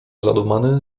zadumany